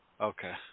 Okay